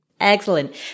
Excellent